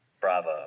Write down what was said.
Bravo